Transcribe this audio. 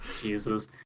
Jesus